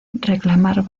reclamar